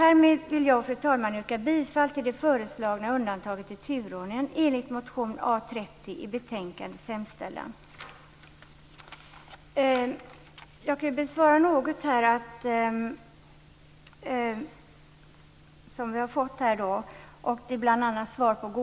Härmed vill jag yrka bifall till det föreslagna undantaget i turordningen enligt motion A30